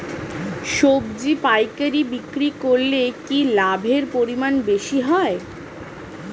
সবজি পাইকারি বিক্রি করলে কি লাভের পরিমাণ বেশি হয়?